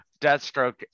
Deathstroke